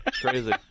crazy